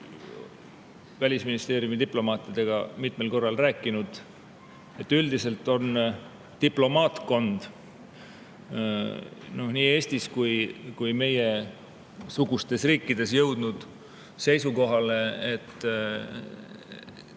Välisministeeriumi diplomaatidega oleme mitmel korral rääkinud. Üldiselt on diplomaatkond nii Eestis kui ka meiesugustes riikides jõudnud seisukohale, et